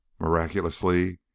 Miraculously